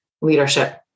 leadership